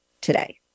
today